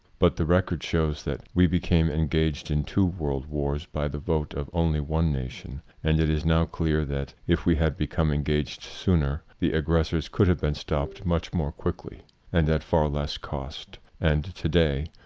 but the record shows that we became engaged in two world wars by the vote of only one nation and it is now clear that if we had become engaged sooner the aggressors could have been stopped much more quickly and at far less cost. and today,